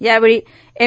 यावेळी एम